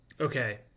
Okay